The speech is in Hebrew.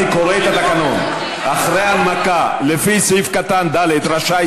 אני קורא את התקנון: אחרי הנמקה לפי סעיף קטן (ד) רשאי